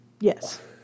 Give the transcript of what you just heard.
Yes